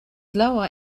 lower